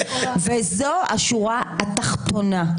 זו השורה התחתונה.